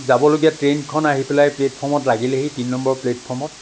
যাবলগীয়া ট্ৰেইনখন আহি পেলাই প্লেটফৰ্মত লাগিলেহি তিনি নম্বৰ প্লেটফৰ্মত